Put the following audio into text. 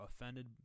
offended